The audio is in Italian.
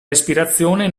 respirazione